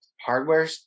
hardware